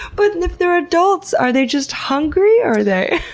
but if they're adults, are they just hungry or are they?